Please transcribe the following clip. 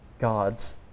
God's